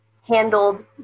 handled